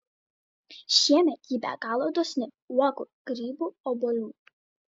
šiemet ji be galo dosni uogų grybų obuolių